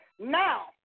Now